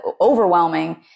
overwhelming